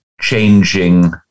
changing